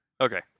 Okay